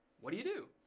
what do you do?